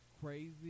crazy